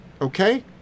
Okay